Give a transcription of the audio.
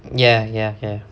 ya ya ya